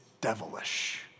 devilish